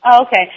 Okay